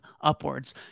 upwards